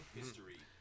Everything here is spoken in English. history